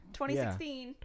2016